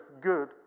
good